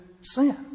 sin